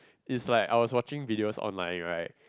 is like I was watching videos online right